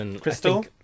Crystal